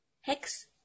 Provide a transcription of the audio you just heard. Hex